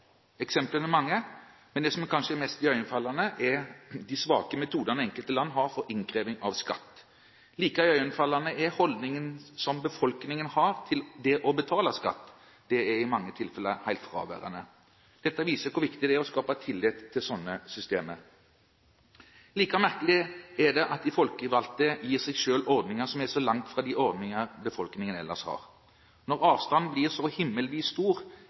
Eksemplene er mange, men det som kanskje er mest iøynefallende, er de svake metodene enkelte land har for innkreving av skatt. Like iøynefallende er holdningen som befolkningen har til det å betale skatt. Den er i mange tilfeller helt fraværende. Det viser hvor viktig det er å skape tillit til slike systemer. Like merkelig er det at de folkevalgte gir seg selv ordninger som er så langt fra de ordninger befolkningen ellers har. Når avstanden blir så himmelvid stor, er det naturlig at motstanden blir stor